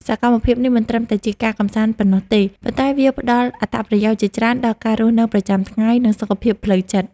សកម្មភាពនេះមិនត្រឹមតែជាការកម្សាន្តប៉ុណ្ណោះទេ ប៉ុន្តែវាផ្ដល់អត្ថប្រយោជន៍ជាច្រើនដល់ការរស់នៅប្រចាំថ្ងៃ និងសុខភាពផ្លូវចិត្ត។